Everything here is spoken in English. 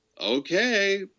Okay